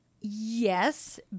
Yes